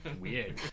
Weird